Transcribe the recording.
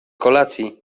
kolacji